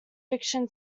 fiction